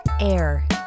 Air